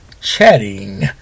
Chatting